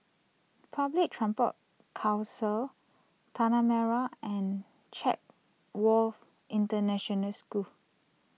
Public Transport Council Tanah Merah and Chatsworth International School